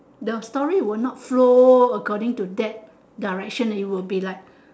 the story would not flow according to that direction any it will be like